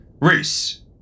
Reese